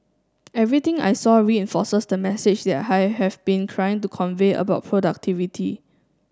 everything I saw reinforces the message I have been trying to convey about productivity